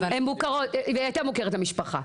והיא הייתה מוכרת במשפחה.